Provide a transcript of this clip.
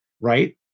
right